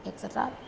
et cetera